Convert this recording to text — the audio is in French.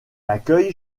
accueille